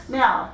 now